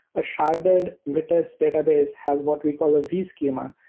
a sharded vitess database has what we call a v schema,